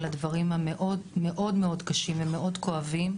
על הדברים המאוד מאוד קשים ומאוד כואבים.